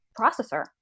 processor